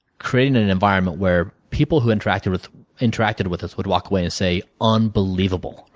creating an environment where people who interacted with interacted with us would walk away and say unbelievable.